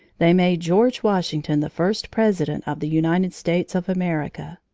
they made george washington the first president of the united states of america.